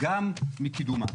גם מקידומה.